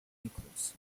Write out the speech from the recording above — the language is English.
nichols